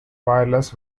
wireless